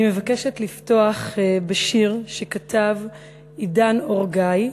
אני מבקש לפתוח בשיר שכתב אידן אור-גיא,